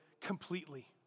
completely